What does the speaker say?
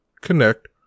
connect